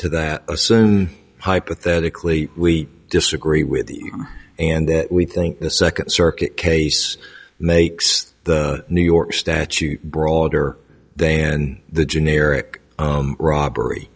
to that assume hypothetically we disagree with and we think the second circuit case makes the new york statute broader then the generic robbery